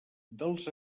dels